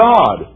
God